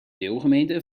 deelgemeente